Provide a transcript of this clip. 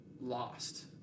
lost